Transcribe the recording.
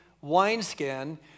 wineskin